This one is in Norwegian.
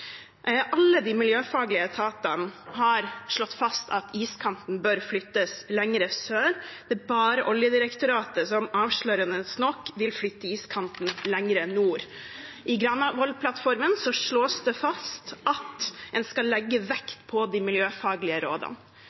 Alle de miljøfaglige etatene har slått fast at iskanten bør flyttes lenger sør. Det er bare Oljedirektoratet som avslørende nok vil flytte iskanten lenger nord. I Granavolden-plattformen slås det fast at man skal legge vekt på de miljøfaglige rådene.